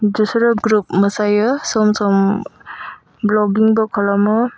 बिसोरो ग्रुब मोसायो सम सम भ्लगिंबो खालामो